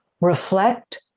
reflect